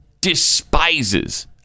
despises